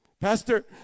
Pastor